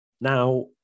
now